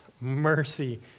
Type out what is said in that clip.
mercy